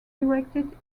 erected